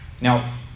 Now